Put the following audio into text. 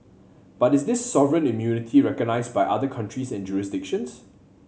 but is this sovereign immunity recognised by other countries and jurisdictions